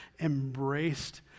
embraced